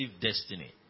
destiny